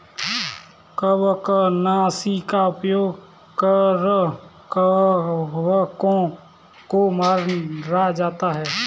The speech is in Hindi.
कवकनाशी का उपयोग कर कवकों को मारा जाता है